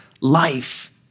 life